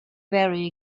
very